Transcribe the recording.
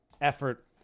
effort